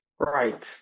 Right